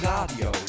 Radio